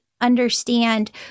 understand